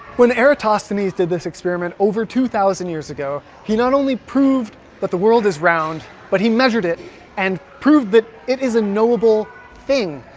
when eratosthenes did this experiment over two thousand years ago he not only proved that the world is round but he measured it and proved that it is a knowable thing.